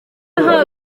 aha